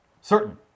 Certain